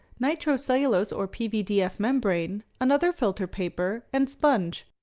nitrocellulose or pvdf membrane, another filter paper, and sponge.